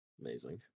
Amazing